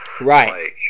right